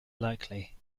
likely